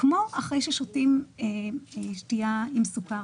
כמו אחרי ששותים שתייה אחרת עם סוכר.